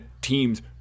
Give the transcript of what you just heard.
teams